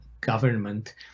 government